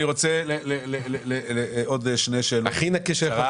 אני רוצה עוד שתי שאלות הבהרה.